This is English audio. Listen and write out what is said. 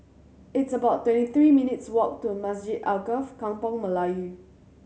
it's about twenty three minutes' walk to Masjid Alkaff Kampung Melayu